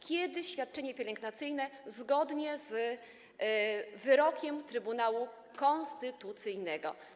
Kiedy będzie świadczenie pielęgnacyjne zgodnie z wyrokiem Trybunału Konstytucyjnego?